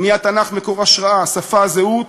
אם יהיה התנ"ך מקור השראה, שפה, זהות,